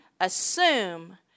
assume